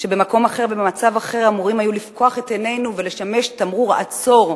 שבמקום אחר ובמצב אחר אמורים היו לפקוח את עינינו ולשמש תמרור "עצור",